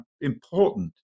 important